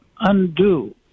undo